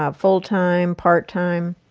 ah full-time, part-time?